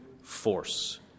force